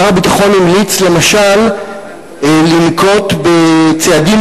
שר הביטחון המליץ למשל לנקוט צעדים